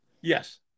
Yes